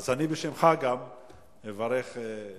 אז אני גם בשמך מברך אותך,